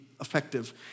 effective